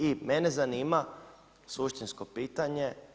I mene zanima, suštinsko pitanje.